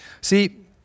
See